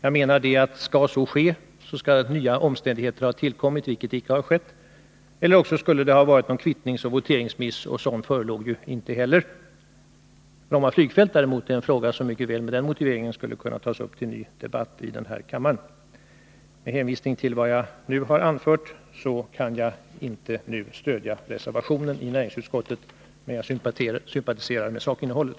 Jag menar att skall så ske bör nya omständigheter ha tillkommit, vilket icke har skett, eller också skulle det ha varit någon kvittningsoch voteringsmiss, och någon sådan förelåg ju inte heller. Bromma flygplats är däremot en fråga som mycket väl med den motiveringen skulle kunna tas upp till ny debatt här i kammaren. Med hänvisning till vad jag nu har anfört kan jag inte stödja reservationen vid näringsutskottets betänkande, men jag sympatiserar med sakinnehållet.